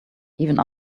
even